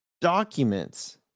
documents